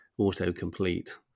Auto-complete